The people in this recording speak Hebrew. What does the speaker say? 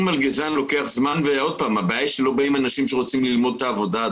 לוקח זמן והבעיה שלא באים אנשים שרוצים ללמוד את העבודה.